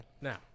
Now